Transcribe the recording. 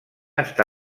està